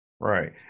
Right